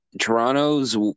Toronto's